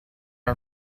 are